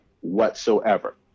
whatsoever